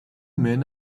men